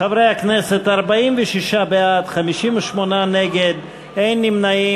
חברי הכנסת, 46 בעד, 58 נגד, אין נמנעים.